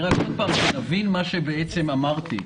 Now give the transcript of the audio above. תבין מה אמרתי בעצם.